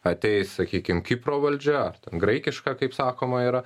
ateis sakykim kipro valdžia graikiška kaip sakoma yra